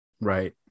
Right